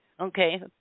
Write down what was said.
Okay